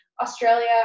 australia